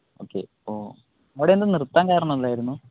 ഒക്കെ അപ്പോൾ അവിടെ എന്താ നിർത്താൻ കാരണം എന്തായിരുന്നു